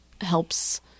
helps